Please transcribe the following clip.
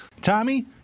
Tommy